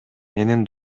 менин